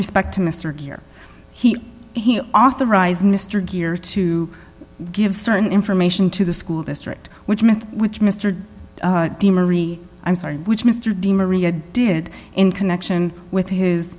respect to mr gere he he authorized mr gere to give certain information to the school district which meant which mr de marie i'm sorry which mr di maria did in connection with his